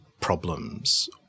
problems